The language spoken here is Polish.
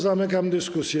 Zamykam dyskusję.